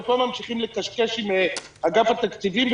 ופה ממשיכים לקשקש עם אגף התקציבים,